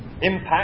impact